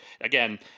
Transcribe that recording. Again